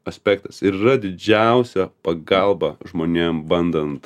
aspektas ir yra didžiausia pagalba žmonėm bandant